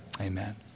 Amen